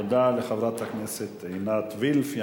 תודה לחברת הכנסת עינת וילף.